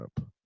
up